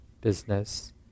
business